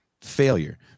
failure